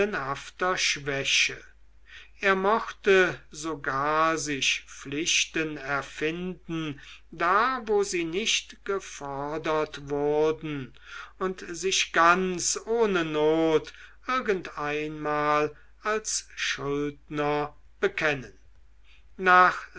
schwäche er mochte sogar sich pflichten erfinden da wo sie nicht gefordert wurden und sich ganz ohne not irgendeinmal als schuldner bekennen nach